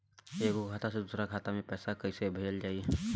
एगो खाता से दूसरा खाता मे पैसा कइसे भेजल जाई?